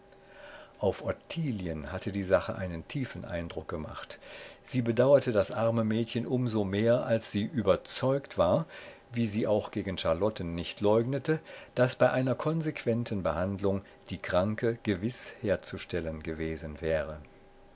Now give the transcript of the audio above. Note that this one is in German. auf ottilien hatte die sache einen tiefen eindruck gemacht sie bedauerte das arme mädchen um so mehr als sie überzeugt war wie sie auch gegen charlotten nicht leugnete daß bei einer konsequenten behandlung die kranke gewiß herzustellen gewesen wäre